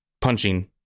punching